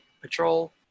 patrol